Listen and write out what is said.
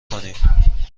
کنیم